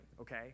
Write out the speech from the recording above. okay